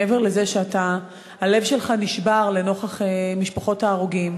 מעבר לזה שהלב שלך נשבר לנוכח משפחות ההרוגים,